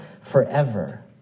forever